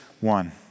one